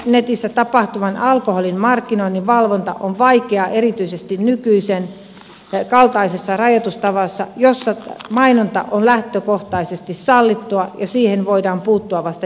internetissä tapahtuvan alkoholin markkinoinnin valvonta on vaikeaa erityisesti nykyisen kaltaisessa rajoitustavassa jossa mainonta on lähtökohtaisesti sallittua ja siihen voidaan puuttua vasta jälkikäteen